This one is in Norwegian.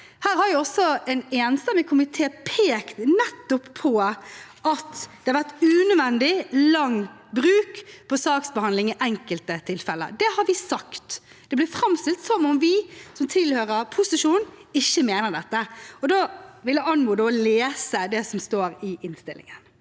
mene, men en enstemmig komité har pekt nettopp på at det har vært brukt unødvendig lang tid på saksbehandlingen i enkelte tilfeller. Det har vi sagt. Det blir framstilt som om vi som tilhører posisjon, ikke mener det. Da vil jeg anmode om å lese det som står i innstillingen.